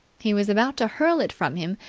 he was about to hurl it from him,